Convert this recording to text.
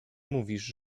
mówisz